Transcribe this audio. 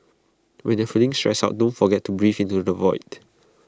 when you are feeling stressed out don't forget to breathe into the void